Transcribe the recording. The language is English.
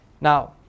Now